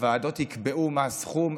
הוועדות יקבעו מה הסכום,